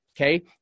okay